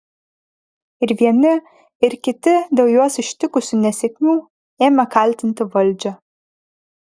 ir vieni ir kiti dėl juos ištikusių nesėkmių ėmė kaltinti valdžią